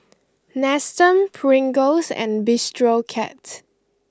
Nestum Pringles and Bistro Cat